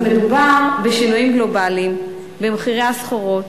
אז מדובר בשינויים גלובליים במחירי הסחורות,